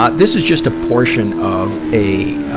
ah this is just a portion of a, ah,